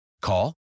Call